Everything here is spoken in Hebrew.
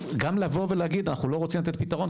לבוא ולהגיד: אנחנו לא רוצים לתת פתרון,